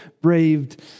braved